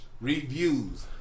reviews